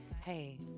Hey